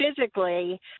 physically